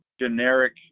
generic